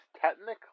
technically